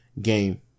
game